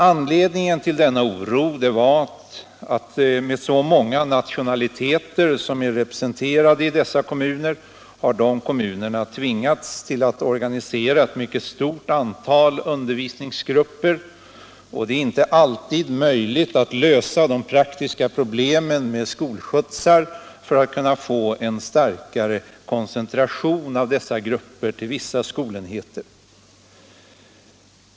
Anledningen till denna oro var att dessa kommuner med hänsyn till att så många nationaliteter där är representerade har tvingats organisera ett mycket stort antal undervisningsgrupper. Det är inte alltid möjligt att lösa de praktiska problemen med skolskjutsar för att få en starkare koncentration av dessa grupper till vissa skolenheter.